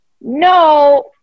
no